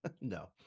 No